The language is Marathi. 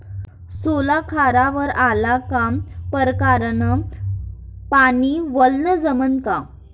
सोला खारावर आला का परकारं न पानी वलनं जमन का?